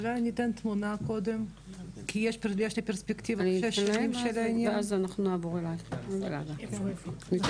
אני לא נכנסת פה לפרטים כי אני לא משטרה ולא פרקליטות ואני רק רוצה לתת